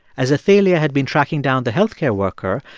as athalia had been tracking down the health care worker,